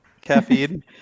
caffeine